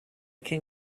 can